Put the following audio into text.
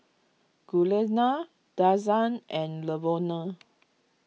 Giuliana Denzell and Lavonne